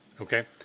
Okay